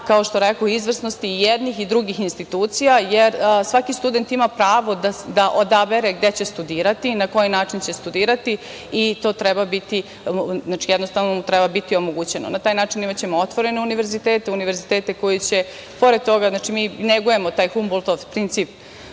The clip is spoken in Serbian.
kao što rekoh, izvrsnosti jednih i drugih institucija, jer svaki studen ima pravo da odabere gde će studirati, na koji način će studirati i to mu treba biti omogućeno. Na taj način imaćemo otvorene univerzitete, univerzitete koji će pored toga, znači mi negujemo taj Humboltov princip